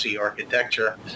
architecture